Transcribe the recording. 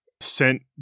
sent